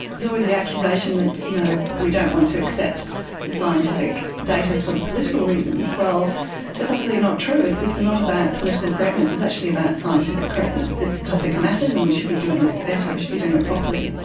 there's always the accusation that you know we don't want to accept the scientific data for political reasons. well that's absolutely not true, it's not about political correctness, this is actually about scientific correctness. this topic matters and we should be doing it better. we should be doing it properly.